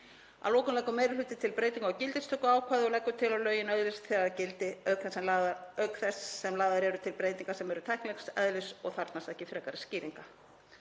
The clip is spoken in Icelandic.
Að lokum leggur meiri hlutinn til breytingu á gildistökuákvæði og leggur til að lögin öðlist þegar gildi, auk þess sem lagðar eru til breytingar sem eru tæknilegs eðlis og þarfnast ekki frekari skýringa.